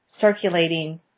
circulating